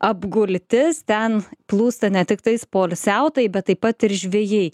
apgultis ten plūsta ne tik tais poilsiautojai bet taip pat ir žvejai